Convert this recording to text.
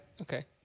okay